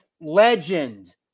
legend